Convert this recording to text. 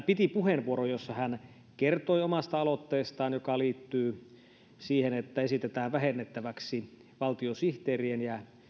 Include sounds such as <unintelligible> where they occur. <unintelligible> piti puheenvuoron jossa hän kertoi omasta aloitteestaan joka liittyy siihen että esitetään vähennettäväksi valtiosihteerien ja